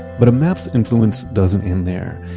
but a map's influence doesn't end there.